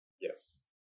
yes